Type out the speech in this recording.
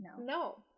no